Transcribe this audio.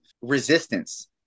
resistance